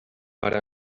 per